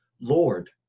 Lord